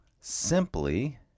simply